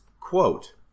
quote